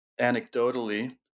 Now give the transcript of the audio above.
anecdotally